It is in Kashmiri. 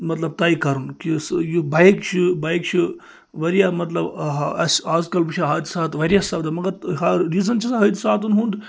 مَطلَب طے کَرُن کہِ سُہ یہِ بایِک چھِ بایِک چھِ وارِیاہ مَطلَب آ ہا اَسہِ اَزکل وُچھان حٲدۍثات وارِیاہ سَپدان مَگَر ہا ریٖزَن چھِس حٲدۍثاتَن ہُنٛد